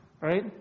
right